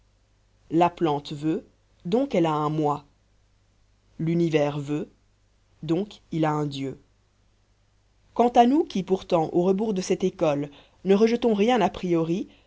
la plante veut donc elle a un moi l'univers veut donc il a un dieu quant à nous qui pourtant au rebours de cette école ne rejetons rien à priori